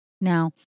Now